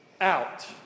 out